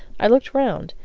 i looked round,